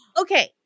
Okay